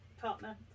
Partner